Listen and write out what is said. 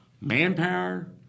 manpower